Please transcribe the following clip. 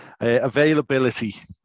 Availability